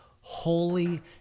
holy